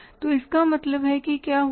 तो इसका मतलब है कि क्या हुआ